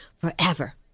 forever